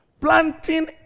Planting